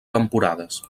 temporades